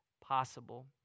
possible